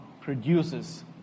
produces